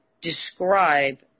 describe